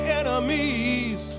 enemies